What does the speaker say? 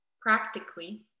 Practically